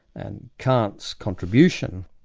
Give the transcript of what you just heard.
and kant's contribution,